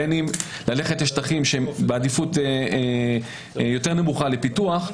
בין אם בהליכה לשטחים בעדיפות יותר נמוכה לפיתוח,